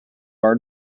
are